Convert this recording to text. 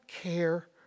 care